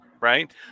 right